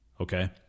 okay